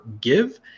give